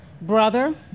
brother